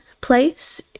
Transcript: place